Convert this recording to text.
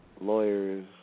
lawyers